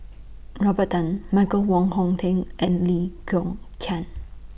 Robert Tan Michael Wong Hong Teng and Lee Kong Chian